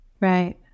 Right